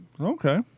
okay